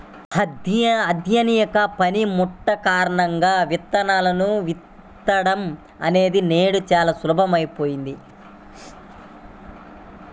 ఆధునిక పనిముట్లు కారణంగా విత్తనాలను విత్తడం అనేది నేడు చాలా సులభమైపోయింది